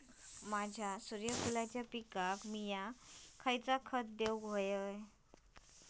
माझ्या सूर्यफुलाच्या पिकाक मी खयला खत देवू?